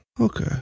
Okay